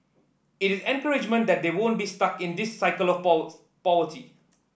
it is encouragement that they won't be stuck in this cycle of poverty